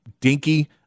dinky